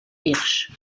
hirsch